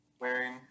wearing